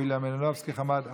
יוליה מלינובסקי וחמד עמאר,